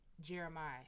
Jeremiah